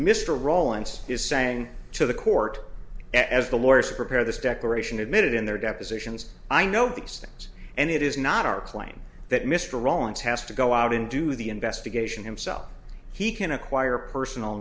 mr rowlands is saying to the court as the lawyers prepare this declaration admitted in their depositions i know these things and it is not our claim that mr rollins has to go out and do the investigation himself he can acquire personal